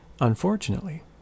Unfortunately